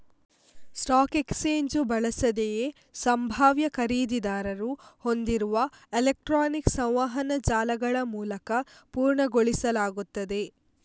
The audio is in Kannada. ಸ್ಟಾಕ್ ಎಕ್ಸ್ಚೇಂಜು ಬಳಸದೆಯೇ ಸಂಭಾವ್ಯ ಖರೀದಿದಾರರು ಹೊಂದಿಸುವ ಎಲೆಕ್ಟ್ರಾನಿಕ್ ಸಂವಹನ ಜಾಲಗಳಮೂಲಕ ಪೂರ್ಣಗೊಳಿಸಲಾಗುತ್ತದೆ